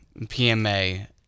PMA